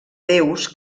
déus